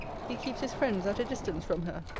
he keeps his friends at a distance from her.